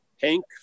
Hank